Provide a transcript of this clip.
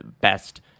best